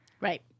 right